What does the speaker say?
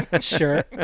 Sure